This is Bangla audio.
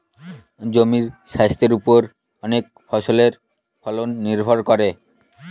জমির স্বাস্থের ওপর অনেক ফসলের ফলন নির্ভর করে